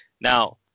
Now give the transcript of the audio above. Now